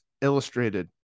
Illustrated